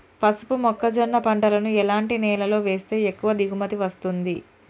పసుపు మొక్క జొన్న పంటలను ఎలాంటి నేలలో వేస్తే ఎక్కువ దిగుమతి వస్తుంది?